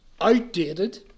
outdated